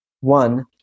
one